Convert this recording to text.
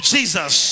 Jesus